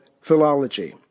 philology